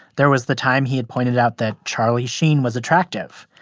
there was the time he had pointed out that charlie sheen was attractive,